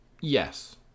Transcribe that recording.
Yes